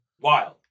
Wild